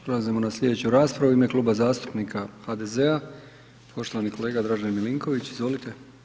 Prelazimo na slijedeću raspravu, u ime Kluba zastupnik HDZ-a, poštovani kolega Dražen Milinković, izvolite.